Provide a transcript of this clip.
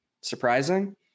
surprising